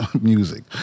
music